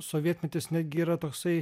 sovietmetis netgi yra toksai